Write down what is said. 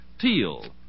teal